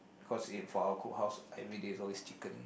cause ate for our cookhouse everyday is always chicken